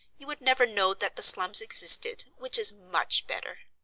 you would never know that the slums existed which is much better.